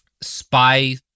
spy